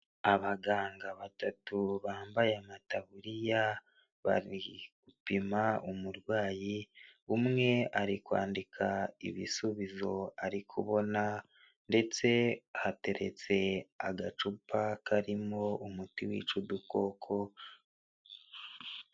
Abaganga batatu bambaye amataburiya bari gupima umurwayi, umwe ari kwandika ibisubizo ari kubona ndetse hateretse agacupa karimo umuti wica udukoko.